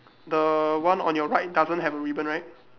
the one on your right doesn't have a ribbon right